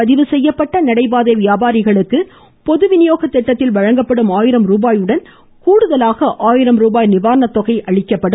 பதிவு செய்யப்பட்ட நடைபாதை வியாபாரிகளுக்கு பொதுவினியோக திட்டத்தில் வழங்கப்படும் ஆயிரம் ரூபாயுடன் கூடுதலாக ஆயிரம் ரூபாய் நிவாரணத் தொகையாக அளிக்கப்படும்